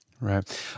Right